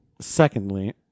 Secondly